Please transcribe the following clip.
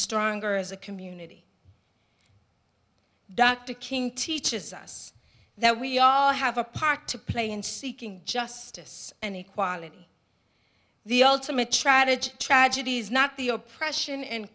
stronger as a community dr king teaches us that we all have a part to play in seeking justice and equality the ultimate tragedy tragedy is not the oppression and